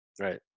Right